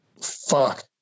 Fuck